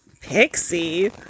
Pixie